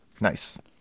Nice